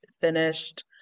finished